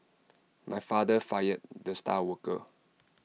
my father fired the star worker